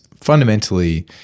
fundamentally